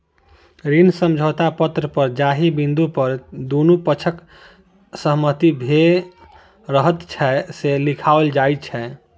ऋण समझौता पत्र पर जाहि बिन्दु पर दुनू पक्षक सहमति भेल रहैत छै, से लिखाओल जाइत छै